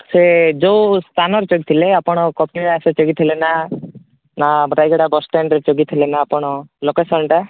ସେ ଯୋଉ ସ୍ଥାନରେ ଚଢ଼ିଥିଲେ ଆପଣ କପିଳାସରେ ଚଢ଼ିଥିଲେ ନା ନା ରାୟଗଡ଼ା ବସ୍ ଷ୍ଟାଣ୍ଡ୍ ରେ ଚଢ଼ିଥିଲେ ନା ଆପଣ ଲୋକେସନ୍ ଟା